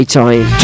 time